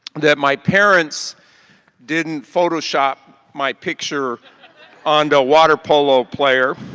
that my parents didn't photo shop my picture on to a water polo player.